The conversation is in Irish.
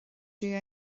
dom